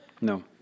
No